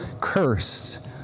cursed